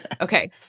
Okay